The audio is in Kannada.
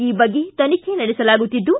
ಈ ಬಗ್ಗೆ ತನಿಖೆ ನಡೆಸಲಾಗುತ್ತಿದ್ದು